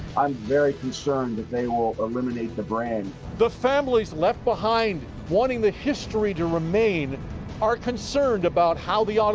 i'm very concerned that they will eliminate the brand. rod the families left behind wanting the history to remain are concerned about how the ah and